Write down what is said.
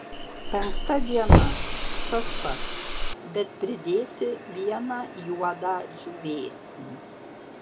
penkta diena tas pats bet pridėti vieną juodą džiūvėsį